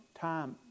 time